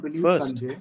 first